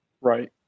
Right